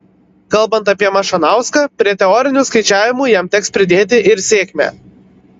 kalbant apie mašanauską prie teorinių skaičiavimų jam teks pridėti ir sėkmę